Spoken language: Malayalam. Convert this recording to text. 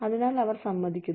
അതിനാൽ അവർ സമ്മതിക്കുന്നു